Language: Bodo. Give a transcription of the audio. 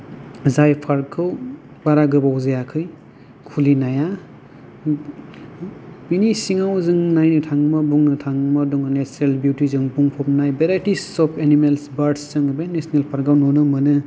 जाय पार्कखौ बारा गोबाव जायाखै खुलिनाया बेनि सिङाव जों नायनो थांब्ला बुंनो थाङोब्ला जोङो नेचरेल बिउटिजों बुंफबनाय भेरायटिस अफ एनिमेल्स बार्डस जोङो बे नेसनेल पार्काव नुनो मोनो